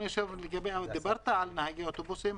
דיברת על נהגי אוטובוסים.